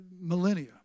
millennia